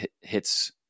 hits